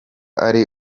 ari